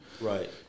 right